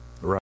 Right